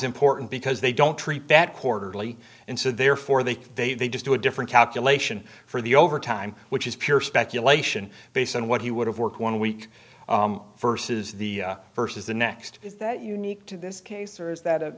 important because they don't treat that quarterly and so therefore they they they just do a different calculation for the overtime which is pure speculation based on what he would of work one week versus the versus the next that unique to this case or is that